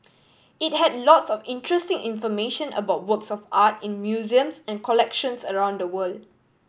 it had lots of interesting information about works of art in museums and collections around the world